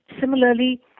Similarly